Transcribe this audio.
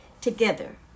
together